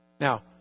Now